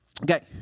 okay